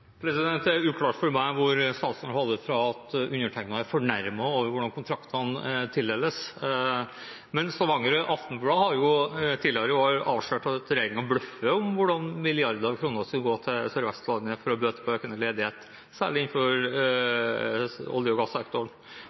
det gjaldt utenlandske entreprenører. Det er uklart for meg hvor statsråden har det fra at undertegnede er fornærmet over hvordan kontraktene tildeles. Stavanger Aftenblad har tidligere i år avslørt at regjeringen bløffer om hvordan milliarder av kroner skal gå til Sør-Vestlandet for å bøte på økende ledighet, særlig innenfor olje- og gassektoren,